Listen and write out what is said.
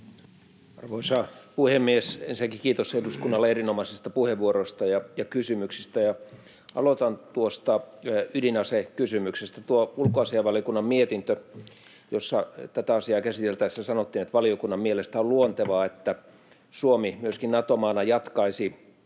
Arvoisa puhemies! Ensinnäkin kiitos eduskunnalle erinomaisista puheenvuoroista ja kysymyksistä. Aloitan tuosta ydinasekysymyksestä. Tuossa ulkoasiainvaliokunnan mietinnössä — jossa tätä asiaa käsiteltäessä sanottiin, että valiokunnan mielestä on luontevaa, että Suomi myöskin Nato-maana jatkaisi